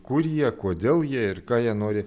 kur jie kodėl jie ir ką jie nori